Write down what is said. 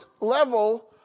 level